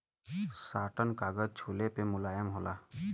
satin कागज छुले पे मुलायम होला